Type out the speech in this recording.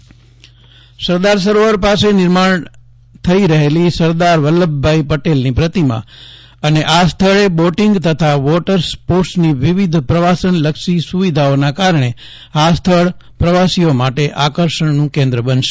સરદાર સરોવર પ્રવાસનલક્ષી સુવિધા સરદાર સરોવર પાસે નિર્માણ થઇ રહેલી સરદાર વલ્લભભાઇ પટેલની પ્રતિમા અને આ સ્થળે બોર્ટીંગ તથા વોટર સ્પોર્ટસની વિવિધ પ્રવાસનલક્ષી સુવિધાઓના કારણે આ સ્થળ પ્રવાસીઓ માટે આકર્ષણનું કેન્દ્ર બનશે